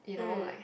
mm